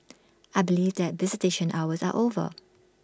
I believe that visitation hours are over